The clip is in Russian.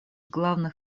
главных